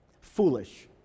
Foolish